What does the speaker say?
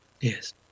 Yes